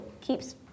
keeps